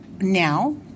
now